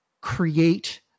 create